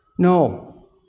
No